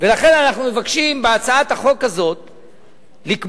ולכן אנחנו מבקשים בהצעת החוק הזאת לקבוע,